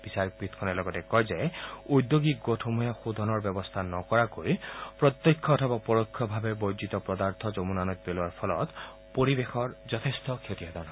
বিচাৰপীঠখনে লগতে কয় যে ঔদ্যোগিক গোটসমূহে শোধনৰ ব্যৱস্থা নকৰাকৈ প্ৰত্যক্ষ অথবা পৰোক্ষভাৱে বৰ্জিত পদাৰ্থ যমুনা নৈত পেলোৱাৰ ফলত পৰিৱেশৰ যথেষ্ট ক্ষতিসাধন হয়